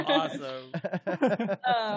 awesome